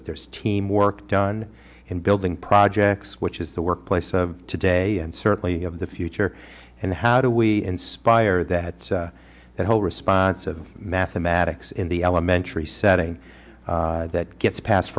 that there is teamwork done in building projects which is the workplace of today and certainly of the future and how do we inspire that that whole response of mathematics in the elementary setting that gets pas